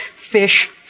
Fish